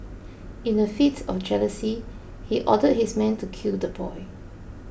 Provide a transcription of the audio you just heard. in a fit of jealousy he ordered his men to kill the boy